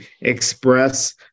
express